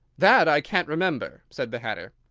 that i can't remember, said the hatter.